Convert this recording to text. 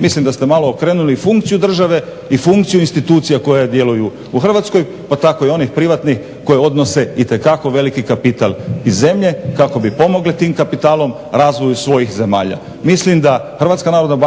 Mislim da ste malo okrenuli funkciju države i funkciju institucija koje djeluju u Hrvatskoj pa tako i onih privatnih koje odnose itekako veliki kapital iz zemlje kako bi pomogle tim kapitalom razvoju svojih zemalja. Mislim da HNB